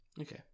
Okay